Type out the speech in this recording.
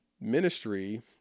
ministry